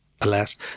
Alas